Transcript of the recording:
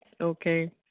Okay